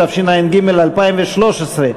התשע"ג 2013,